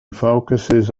focuses